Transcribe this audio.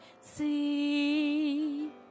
see